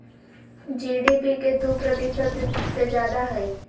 GDP के दु प्रतिशत से जादा हई